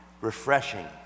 refreshing